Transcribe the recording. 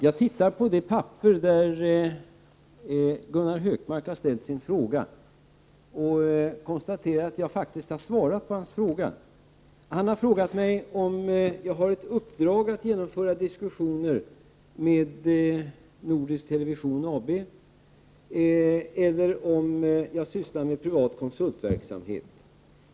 Herr talman! Jag konstaterar att jag faktiskt har svarat på Gunnar Hökmarks fråga. Han har frågat mig om jag har ett uppdrag att genomföra diskussioner med Nordisk Television AB eller om jag sysslar med privat konsultverksamhet.